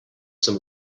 some